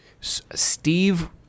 Steve